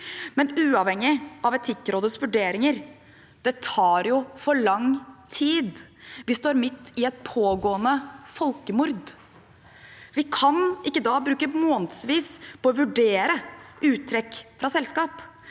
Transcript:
men uavhengig av Etikkrådets vurderinger: Det tar jo for lang tid. Vi står midt i et pågående folkemord. Vi kan ikke da bruke månedsvis på å vurdere uttrekk fra selskap.